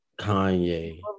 Kanye